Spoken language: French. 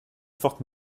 forte